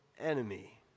enemy